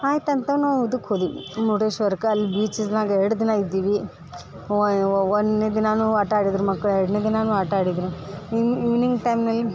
ಆಯ್ತು ಅಂತ ನಾವು ಇದಕ್ಕೆ ಹೋದ್ವಿ ಮುರ್ಡೇಶ್ವರಕ್ಕೆ ಅಲ್ಲಿ ಬೀಚ್ನಾಗ ಎರಡು ದಿನ ಇದ್ದಿವಿ ಒಂದನೇ ದಿನವೂ ಆಟ ಆಡಿದ್ರು ಮಕ್ಳು ಎರಡನೇ ದಿನವೂ ಆಟ ಆಡಿದ್ರು ಇನ್ನು ಈವ್ನಿಂಗ್ ಟೈಮ್ನಲ್ಲಿ